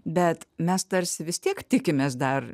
bet mes tarsi vis tiek tikimės dar